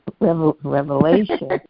revelation